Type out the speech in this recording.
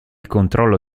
controllo